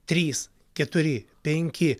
trys keturi penki